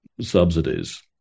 subsidies